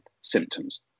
symptoms